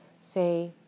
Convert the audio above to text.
say